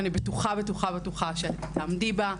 ואני בטוחה שאת תעמדי בה.